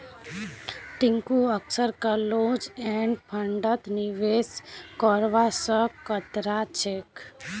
टिंकू अक्सर close end फंडत निवेश करवा स कतरा छेक